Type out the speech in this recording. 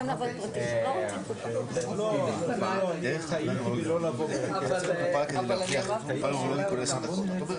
לעבוד עליהם במקביל לתהליך הסכם השכר.